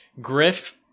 griff